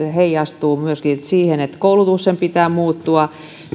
heijastuu myöskin siihen että koulutuksen pitää muuttua